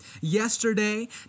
yesterday